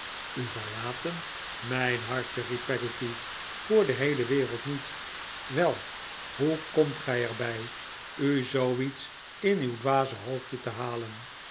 u verlaten mijn hartje riep peggotty voor de heele wereld niet wel hoe komt gij er bij u zooiets in uw dwaze hoofdje te halen